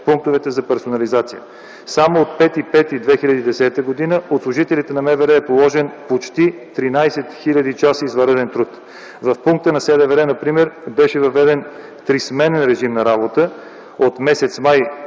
пунктовете за персонализация. Само от 5.05.2010 г. от служителите на МВР е положен почти 13 000 часа извънреден труд. В пункта на СДВР например беше въведен трисменен режим на работа, от м. май